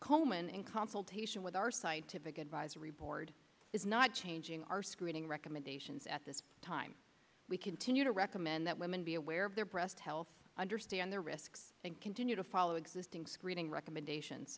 komen in consultation with our scientific advisory board is not changing our screening recommendations at this time we continue to recommend that women be aware of their breast health understand their risk and continue to follow existing screening recommendations